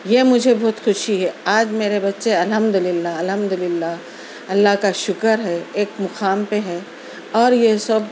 یہ مجھے بہت خوشی ہے آج میرے بچے الحمدللہ الحمدللہ اللہ کا شکر ہے ایک مقام پہ ہیں اور یہ سب